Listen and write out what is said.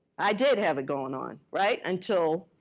i did have it going on, right? until